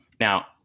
Now